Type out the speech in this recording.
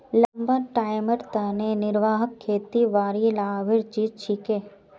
लंबा टाइमेर तने निर्वाह खेतीबाड़ी लाभेर चीज छिके